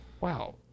Wow